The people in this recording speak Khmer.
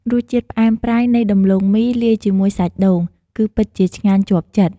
រសជាតិផ្អែមប្រៃនៃដំឡូងមីលាយជាមួយសាច់ដូង គឺពិតជាឆ្ងាញ់ជាប់ចិត្ត។